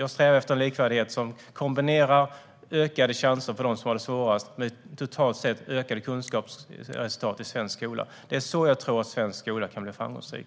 Jag strävar efter en likvärdighet som kombinerar ökade chanser för dem som har det svårast med totalt sett ökade kunskapsresultat i svensk skola. På detta sätt tror jag att svensk skola kan bli framgångsrik.